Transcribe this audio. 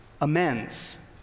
amends